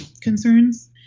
concerns